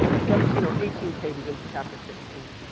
seventeen or eighteen pages into chapter sixteen.